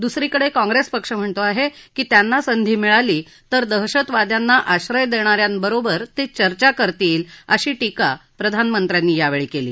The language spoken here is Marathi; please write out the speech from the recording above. दुसरीकडे काँप्रेस पक्ष म्हणतो आहे की त्यांना संधी मिळाली तर दहशतवाद्यांना आश्रय देणाऱ्यांबरोबर ते चर्चा करतील अशी टीका प्रधानमंत्र्यांनी यावेळी केली